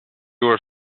was